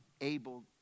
able